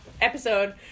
episode